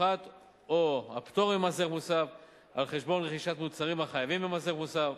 מופחת או פטור ממס ערך מוסף על חשבון רכישת מוצרים החייבים במס ערך מוסף.